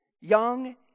young